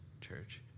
church